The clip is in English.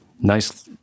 nice